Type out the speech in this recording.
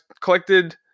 collected